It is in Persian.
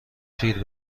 پیر